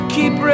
Keep